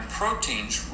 proteins